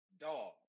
Dog